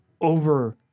over